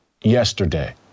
yesterday